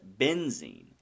benzene